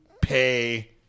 pay